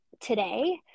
today